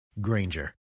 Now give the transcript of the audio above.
Granger